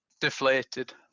deflated